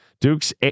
Duke's